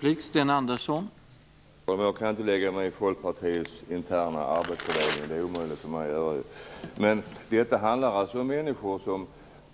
Herr talman! Jag kan inte lägga mig i Folkpartiets interna arbetsfördelning. Det är omöjligt för mig. Detta handlar alltså om människor som